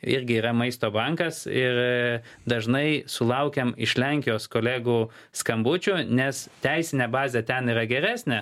irgi yra maisto bankas ir dažnai sulaukiam iš lenkijos kolegų skambučio nes teisinė bazė ten yra geresnė